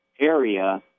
area